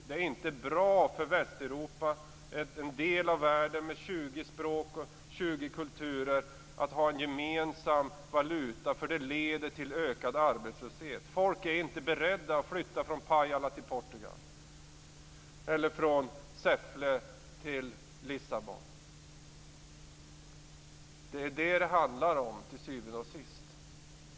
Det är inte bra för Västeuropa, en del av världen med 20 språk och 20 kulturer, att ha en gemensam valuta, för det leder till ökad arbetslöshet. Människor är inte beredda att flytta från Pajala till Portugal eller från Säffle till Lissabon. Det är detta det handlar om till syvende och sist.